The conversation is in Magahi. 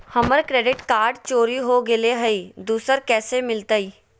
हमर क्रेडिट कार्ड चोरी हो गेलय हई, दुसर कैसे मिलतई?